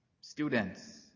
students